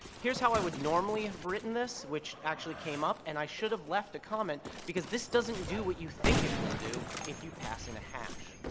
here's how i would normally have written this, which actually came up and i should have left a comment because this doesn't do what you think it will do if you pass in a hash.